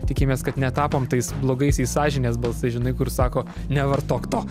tikimės kad netapom tais blogaisiais sąžinės balsas žinai kur sako nevartok to